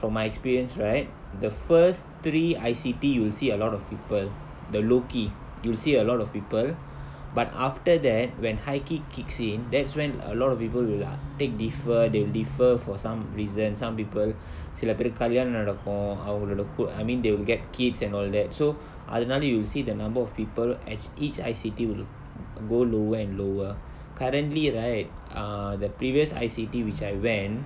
from my experience right the first three I_C_T you will see a lot of people the low key you'll see a lot of people but after that when high key kicks in that's when a lot of people will ah take differ they'll differ for some reason some people சில பேருக்கு கல்யாணோ நடக்கும் அவளோட:sila perukku kalyaano nadakum avaloda ku~ I mean they'll get kids and all that so அதனால:athanala you'll see the number of people at each I_C_T will go lower and lower currently right err the previous I_C_T which I went